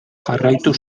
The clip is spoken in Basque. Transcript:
jarraitu